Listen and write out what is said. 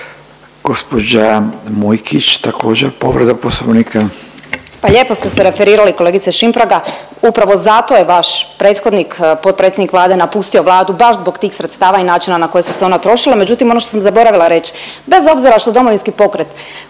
Gospođa Mujkić također povreda Poslovnika. **Mujkić, Ivana (DP)** Pa lijepo ste se referirali kolegice Šimpraga, upravo zato je vaš prethodnik potpredsjednik Vlade napustio Vladu baš zbog tih sredstava i načina na koji su se ona trošila. Međutim ono što sam zaboravila reći, bez obzira što Domovinski pokret